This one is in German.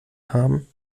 haben